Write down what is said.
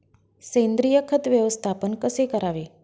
सेंद्रिय खत व्यवस्थापन कसे करावे?